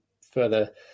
further